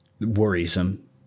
worrisome